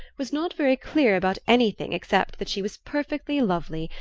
was not very clear about anything except that she was perfectly lovely,